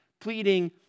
pleading